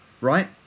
right